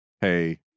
hey